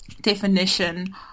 definition